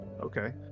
Okay